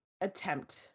attempt